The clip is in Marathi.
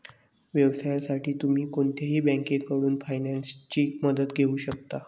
व्यवसायासाठी तुम्ही कोणत्याही बँकेकडून फायनान्सची मदत घेऊ शकता